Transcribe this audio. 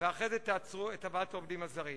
ואחר זה תעצרו את הבאת העובדים הזרים.